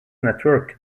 network